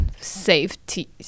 safety